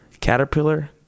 Caterpillar